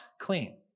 clean